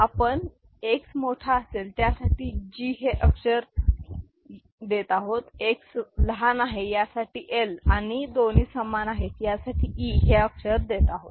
आपण X मोठा असेल त्यासाठी G हे अक्षर देत आहोत X लहान आहे आहे त्यासाठी L आणि हे दोन्ही समान आहेत त्यासाठी E हे अक्षर देत आहोत